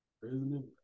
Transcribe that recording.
president